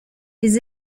les